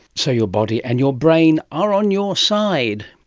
so your body and your brain are on your side.